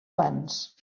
abans